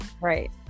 Right